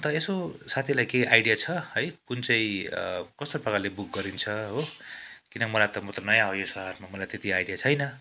अन्त यसो साथीलाई केही आइडिया छ है कुन चाहिँ कस्तो प्रकारले बुक गरिन्छ हो किनभने मलाई त म त नयाँ हो यो सहरमा मलाई त्यति आइडिया छैन